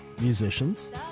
musicians